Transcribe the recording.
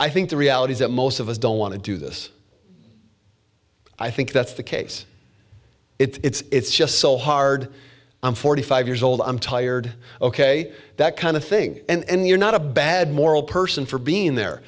i think the reality is that most of us don't want to do this i think that's the case it's just so hard i'm forty five years old i'm tired ok that kind of thing and you're not a bad moral person for being there